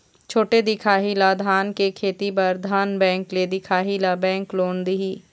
छोटे दिखाही ला धान के खेती बर धन बैंक ले दिखाही ला बैंक लोन दिही?